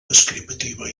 descriptiva